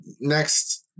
Next